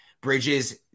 Bridges